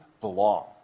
belong